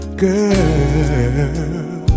girl